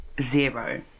Zero